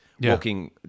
walking